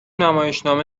نمایشنامه